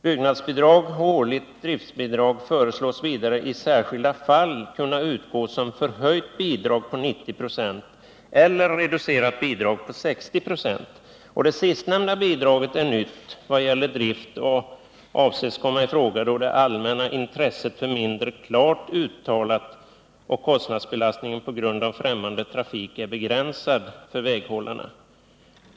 Byggnadsbidrag och årligt driftbidrag föreslås vidare i särskilda fall kunna utgå som förhöjt bidrag på 90 96 eller reducerat bidrag på 60 96. Det sistnämnda bidraget är nytt i vad gäller drift och avses komma i fråga då det allmänna intresset är mindre klart uttalat och kostnadsbelastningen på grund av främmande trafik är begränsad för väghållarna.